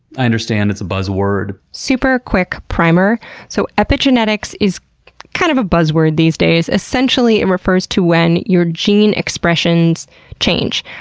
i understand it's a buzz word. super quick primer so epigenetics is kind of a buzzword these days. essentially it refers to when your gene expressions change,